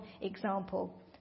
example